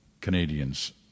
Canadians